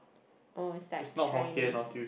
oh is like Chinese